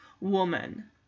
woman